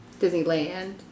Disneyland